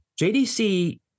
JDC